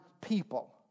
people